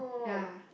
ya